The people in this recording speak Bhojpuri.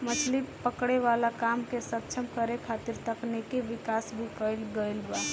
मछली पकड़े वाला काम के सक्षम करे खातिर तकनिकी विकाश भी कईल गईल बा